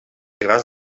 grans